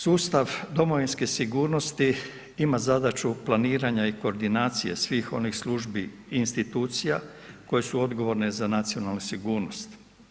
Sustav domovinske sigurnosti ima zadaću planiranja i koordinacije svih onih službi i institucija koje su odgovorne za nacionalnu sigurnost.